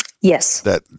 Yes